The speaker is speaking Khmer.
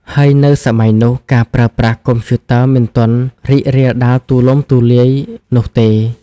ហើយនៅសម័យនោះ ការប្រើប្រាស់កុំព្យូទ័រមិនទាន់រីករាលដាលទូលំទូលាយនោះទេ។